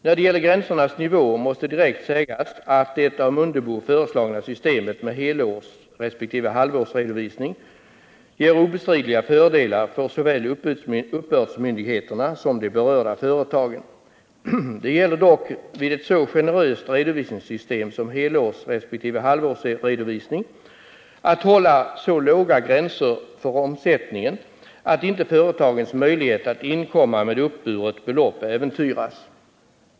När det gäller gränsernas nivå måste direkt sägas att det av Ingemar Mundebo föreslagna systemet med helårsresp. halvårsredovisning innebär obestridliga fördelar för såväl uppbördsmyndigheterna som de berörda företagen. Det gäller dock med ett så generöst redovisningssystem som helårsresp. halvårsredovisning innebär att hålla så låga gränser för omsättningen att företagets möjlighet att inkomma med uppburet belopp inte äventyras.